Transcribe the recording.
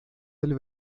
del